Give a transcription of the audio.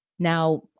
Now